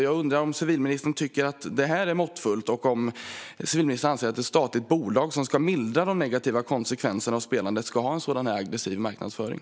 Jag undrar om civilministern tycker att detta är måttfullt och om han anser att ett statligt bolag, som ska mildra de negativa konsekvenserna av spelandet, ska ha en sådan aggressiv marknadsföring.